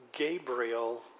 Gabriel